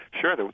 sure